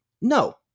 No